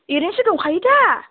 ओरैनोसो दंखायो दा